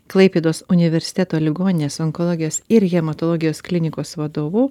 klaipėdos universiteto ligoninės onkologijos ir hematologijos klinikos vadovu